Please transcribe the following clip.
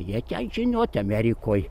jie ten žinot amerikoj